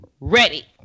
Ready